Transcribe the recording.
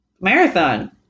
marathon